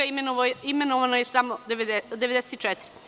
Imenovano je samo 94.